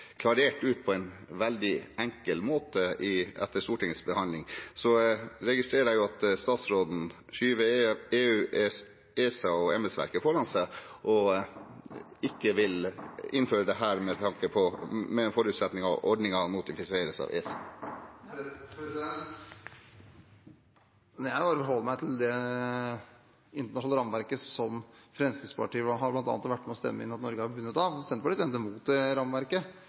klarert ut på en veldig enkel måte etter Stortingets behandling. Jeg registrerer at statsråden skyver EU, ESA og embetsverket foran seg og ikke vil innføre dette med en forutsetning om at ordningen notifiseres av ESA. Jeg forholder meg til det internasjonale rammeverket som bl.a. Fremskrittspartiet har vært med å stemme for at Norge er bundet av. Senterpartiet stemte mot det rammeverket,